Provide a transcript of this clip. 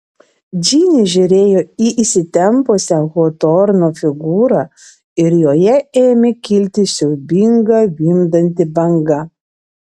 džinė žiūrėjo į įsitempusią hotorno figūrą ir joje ėmė kilti siaubinga vimdanti banga